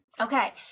Okay